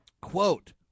quote